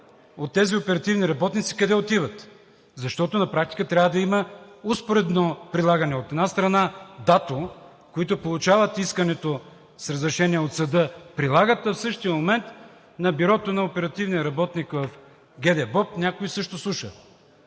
от тези оперативни работници къде отиват? Защото на практика трябва да има успоредно прилагане – от една страна, ДАТО, които получават искането с разрешение от съда, прилагат, а в същия момент на бюрото на оперативния работник в ГДБОП някой също слуша.